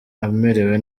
amerewe